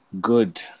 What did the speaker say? good